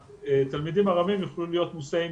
שתלמידים ארמים יוכלו להיות מוסעים